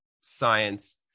science